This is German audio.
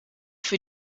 für